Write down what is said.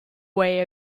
way